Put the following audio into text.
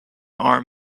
arm